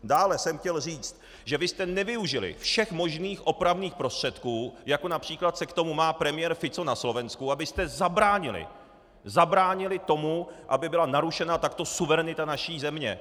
Dále jsem chtěl říct, že vy jste nevyužili všech možných opravných prostředků, jako např. se k tomu má premiér Fico na Slovensku, abyste zabránili tomu, aby byla narušena takto suverenita naší země.